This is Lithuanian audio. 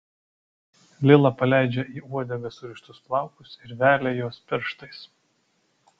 lila paleidžia į uodegą surištus plaukus ir velia juos pirštais